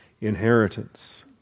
inheritance